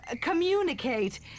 Communicate